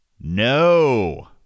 No